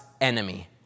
enemy